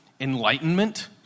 enlightenment